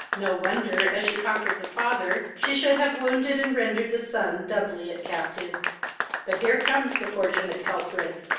no wonder, as she conquered the father, she should have wounded, and rendered the son doubly at captive but here comes the fortunate culprit.